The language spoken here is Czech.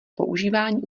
používání